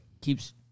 keeps